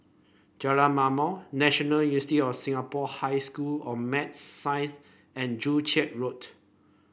Jalan Ma'mor National of Singapore High School of Maths Science and Joo Chiat Road